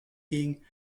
ging